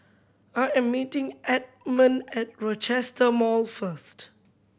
I am meeting Edmond at Rochester Mall first